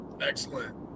Excellent